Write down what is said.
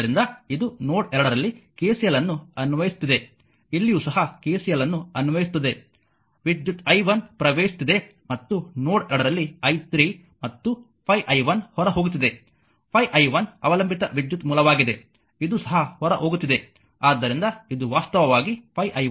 ಆದ್ದರಿಂದ ಇದು ನೋಡ್ ಎರಡರಲ್ಲಿ KCL ಅನ್ನು ಅನ್ವಯಿಸುತ್ತಿದೆ ಇಲ್ಲಿಯು ಸಹ KCL ಅನ್ನು ಅನ್ವಯಿಸುತ್ತದೆ ವಿದ್ಯುತ್ i1 ಪ್ರವೇಶಿಸುತ್ತಿದೆ ಮತ್ತು ನೋಡ್ ಎರಡರಲ್ಲಿ i3 ಮತ್ತು 5i1 ಹೊರ ಹೋಗುತ್ತಿದೆ 5i1 ಅವಲಂಬಿತ ವಿದ್ಯುತ್ ಮೂಲವಾಗಿದೆ ಇದು ಸಹ ಹೊರ ಹೋಗುತ್ತಿದೆ ಆದ್ದರಿಂದ ಇದು ವಾಸ್ತವವಾಗಿ 5i1